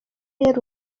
yari